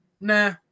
nah